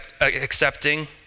accepting